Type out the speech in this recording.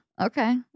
Okay